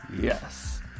Yes